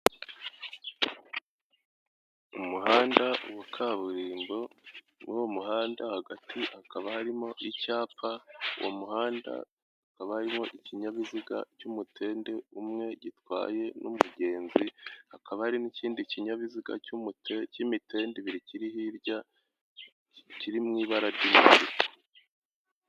Umuhanda wa kaburimbo wo mu muhanda hagati hakaba harimo icyapa, uwo muhanda hakaba harimo ikinyabiziga cy'umutende umwe gitwaye n'umugenzi, hakaba hari n'ikindi kinyabiziga cy'umute cy'imitende ibiri kiri hirya kiri mu ibara ry'umutuku.